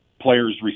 players